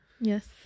Yes